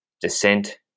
Descent